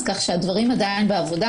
10:43) אז כך שהדברים עדיין בעבודה.